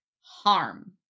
harm